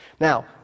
Now